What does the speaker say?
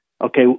Okay